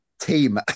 Team